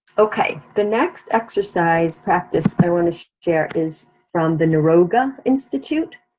okay, the next exercise practice, i wanna share is from the niroga institute.